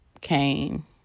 came